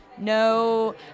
no